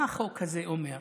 מה החוק הזה אומר?